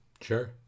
Sure